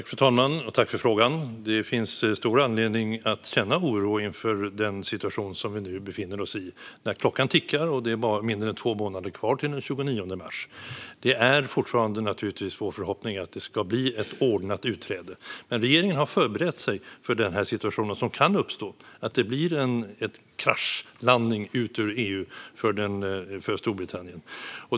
Fru talman! Jag tackar för frågan. Det finns stor anledning att känna oro inför den situation vi nu befinner oss i. Klockan tickar, och det är mindre än två månader kvar till den 29 mars. Vår förhoppning är fortfarande att det ska bli ett ordnat utträde. Men regeringen har förberett sig för den situation som kan uppstå, för en kraschlandning ut ur EU för Storbritannien.